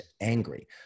angry